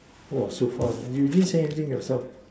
!wah! so fast leh you didn't say anything yourself